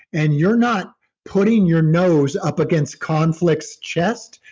and you're not putting your nose up against conflicts chest,